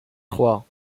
trois